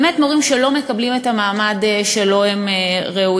באמת, מורים שלא מקבלים את המעמד שלו הם ראויים.